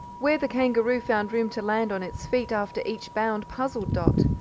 where the kangaroo found room to land on its feet after each bound puzzled dot,